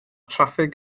traffig